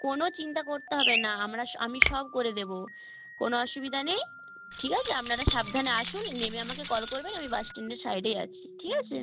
কোনও চিন্তা করতে হবে না আমরাস আমি সব করে দেব কোনও অসুবিধা নেই ঠিক আছে আপনারা সাবধানে আসুন নেমে আমাকে কল করবেন আমি বাস স্ট্যান্ডের সাইডেই আছি ঠিক আছে